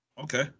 okay